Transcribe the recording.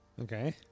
Okay